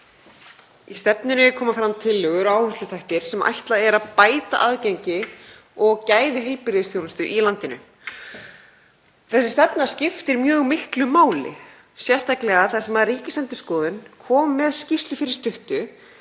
Í stefnunni koma fram tillögur og áhersluþættir sem ætlað er að bæta aðgengi og gæði heilbrigðisþjónustu í landinu. Þessi stefna skiptir mjög miklu máli, sérstaklega þar sem Ríkisendurskoðun kom með skýrslu fyrir stuttu